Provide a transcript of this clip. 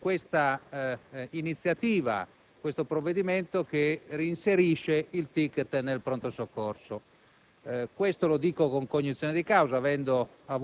L'altra grande bugia riguarda l'iniziativa di questo provvedimento, volto a reinserire il *ticket* nel pronto soccorso.